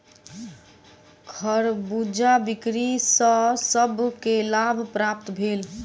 खरबूजा बिक्री सॅ सभ के लाभ प्राप्त भेल